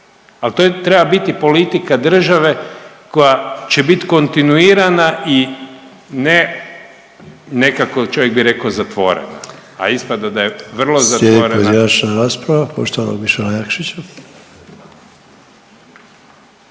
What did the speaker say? Ali to treba biti politika države koja će bit kontinuirana i ne nekako čovjek bi rekao zatvorena, a ispada da je vrlo zatvorena.